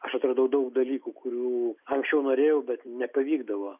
aš atradau daug dalykų kurių anksčiau norėjau bet nepavykdavo